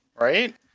Right